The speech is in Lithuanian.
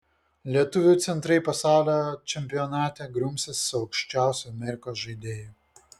lietuvių centrai pasaulio čempionate grumsis su aukščiausiu amerikos žaidėju